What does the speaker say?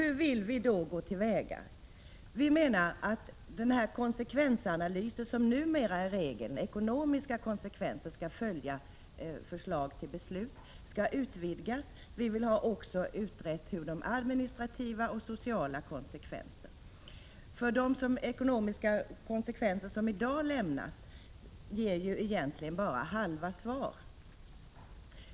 Hur vill vi då gå till väga? Vi menar att den konsekvensanalys som numera är regel och som innebär att ekonomiska konsekvenser skall följa på förslag till beslut skall utvidgas. Vi vill också ha de administrativa och sociala konsekvenserna utredda. De ekonomiska konsekvenser som i dag anges lämnar ju egentligen bara halva svaret.